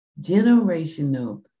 Generational